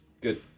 Good